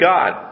God